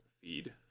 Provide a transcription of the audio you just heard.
feed